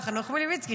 חנוך מלביצקי,